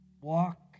Walk